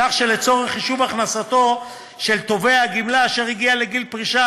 כך שלצורך חישוב הכנסתו של תובע גמלה אשר הגיע לגיל פרישה